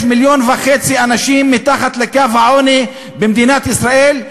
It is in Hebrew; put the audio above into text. יש מיליון וחצי אנשים מתחת לקו העוני במדינת ישראל,